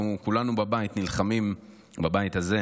אנחנו כולנו בבית הזה נלחמים להיות